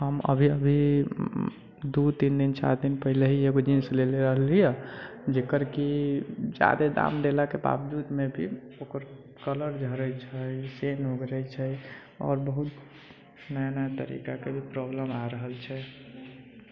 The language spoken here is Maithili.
हम अभी अभी दू तीन दिन चारि दिन पहले ही एगो जीन्स लेले रहलीह है जेकर कि जादे दाम देलाके बावजूदमे भी ओकर कलर झरै छै चेन उधरे छै आओर बहुत नया नया तरिकाके भी प्रॉब्लेम आ रहल छै